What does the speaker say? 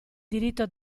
diritto